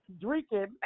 drinking